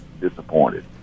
disappointed